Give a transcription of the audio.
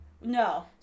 No